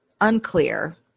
unclear